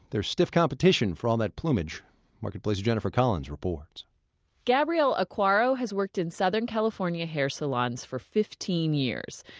there's stiff competition for all that plumage marketplace's jennifer collins reports gabrielle aquaro has worked in southern california hair salons for fifteen years,